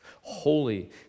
holy